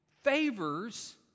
favors